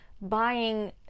buying